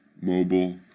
mobile